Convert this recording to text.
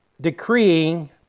decreeing